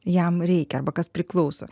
jam reikia arba kas priklauso